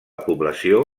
població